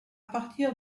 partir